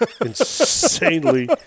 insanely